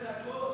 13 דקות?